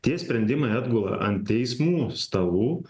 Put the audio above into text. tie sprendimai atgula ant teismų stalų